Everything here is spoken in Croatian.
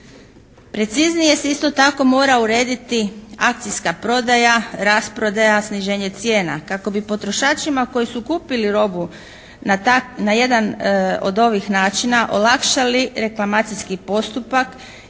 Preciznije se isto tako mora urediti akcijska prodaja, rasprodaja, sniženje cijena kako bi potrošačima koji su kupili robu na jedan od ovih način olakšali reklamacijski postupak